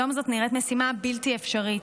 היום זאת נראית משימה בלתי אפשרית.